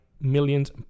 millions